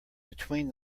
between